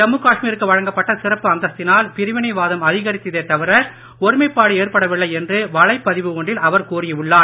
ஜம்மு காஷ்மீருக்கு வழங்கப்பட்ட சிறப்பு அந்தஸ்தினால் பிரிவினைவாதம் அதிகரித்ததே தவிர ஒருமைப்பாடு ஏற்படவில்லை என்று வலைப் பதிவு ஒன்றில் அவர் கூறி உள்ளார்